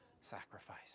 sacrifice